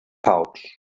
pouch